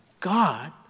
God